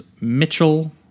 mitchell